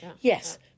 Yes